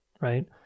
right